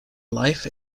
life